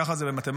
ככה זה במתמטיקה,